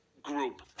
group